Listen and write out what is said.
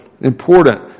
important